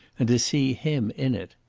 and to see him in it.